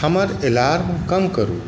हमर एलार्म कम करू